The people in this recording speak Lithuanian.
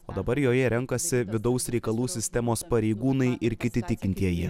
o dabar joje renkasi vidaus reikalų sistemos pareigūnai ir kiti tikintieji